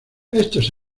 estos